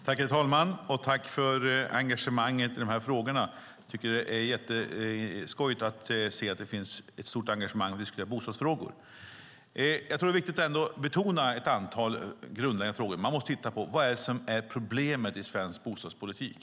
Herr talman! Tack för engagemanget i de här frågorna. Jag tycker att det är jätteskojigt att se att det finns ett stort engagemang för att diskutera bostadsfrågor. Jag tror ändå att det är viktigt att betona ett antal grundläggande frågor. Man måste titta på vad det är som är problemet i svensk bostadspolitik.